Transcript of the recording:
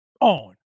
on